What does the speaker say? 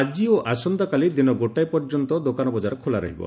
ଆଜି ଓ ଆସନ୍ତାକାଲି ଦିନ ଗୋଟାଏ ପର୍ଯ୍ୟନ୍ତ ଦୋକାନ ବକାର ଖୋଲା ରହିବ